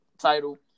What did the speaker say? title